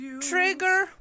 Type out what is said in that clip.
Trigger